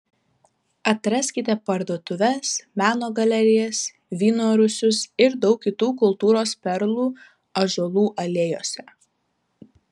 atraskite parduotuves meno galerijas vyno rūsius ir daug kitų kultūros perlų ąžuolų alėjose